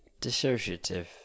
Dissociative